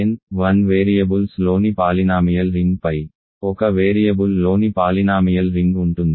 n 1 వేరియబుల్స్లోని polynomial రింగ్పై ఒక వేరియబుల్లోని పాలినామియల్ రింగ్ ఉంటుంది